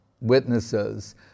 witnesses